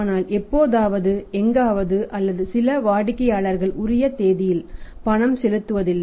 ஆனால் எப்போதாவது எங்காவது அல்லது சில வாடிக்கையாளர்கள் உரிய தேதியில் பணம் செலுத்துவதில்லை